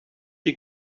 you